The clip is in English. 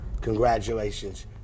Congratulations